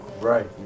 Right